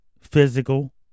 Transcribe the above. physical